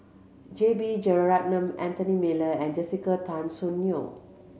J B Jeyaretnam Anthony Miller and Jessica Tan Soon Neo